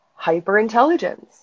hyperintelligence